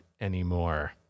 anymore